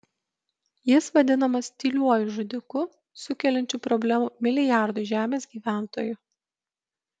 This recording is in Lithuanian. jis vadinamas tyliuoju žudiku sukeliančiu problemų milijardui žemės gyventojų